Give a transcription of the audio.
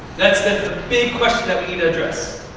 that's the big question that we need to address.